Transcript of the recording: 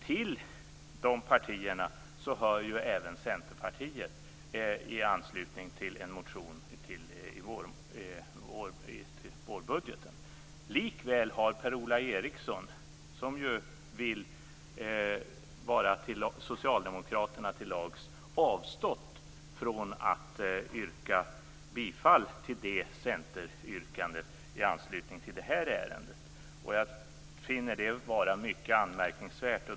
Till de partierna hör även Centerpartiet med anledning av en motion till vårbudgeten. Likväl har Per-Ola Eriksson, som vill vara socialdemokraterna till lags, avstått från att yrka bifall till det centeryrkandet i anslutning till detta ärende. Jag finner detta vara mycket anmärkningsvärt.